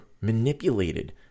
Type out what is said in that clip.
manipulated